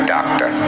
Doctor